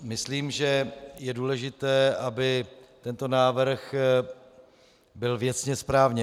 Myslím si, že je důležité, aby tento návrh byl věcně správný.